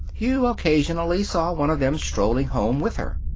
you occasionally saw one of them strolling home with her.